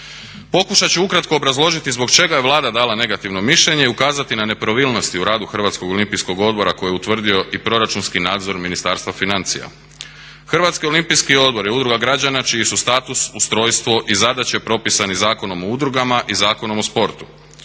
Pokušati ću ukratko obrazložiti zbog čega je Vlada dala negativno mišljenje i ukazati na nepravilnosti u radu Hrvatskog olimpijskog odbora koji je utvrdio i proračunski nadzor Ministarstva financija. Hrvatski olimpijski odbor i Udruga građana čiji su status, ustrojstvo i zadaće propisani Zakonom o udrugama i Zakonom o sportu.